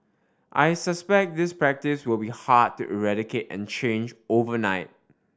I suspect this practice will be hard to eradicate and change overnight